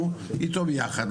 שהוא אתו ביחד,